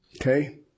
Okay